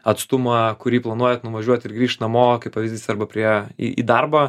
atstumą kurį planuojat nuvažiuot ir grįšt namo kaip pavyzdys arba prie į į darbą